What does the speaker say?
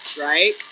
right